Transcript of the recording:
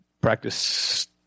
practice